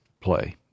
play